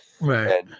right